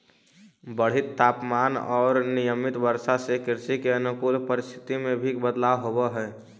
बढ़ित तापमान औउर अनियमित वर्षा से कृषि के अनुकूल परिस्थिति में भी बदलाव होवऽ हई